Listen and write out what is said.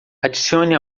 adicione